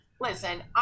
Listen